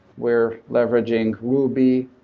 we're leveraging ruby,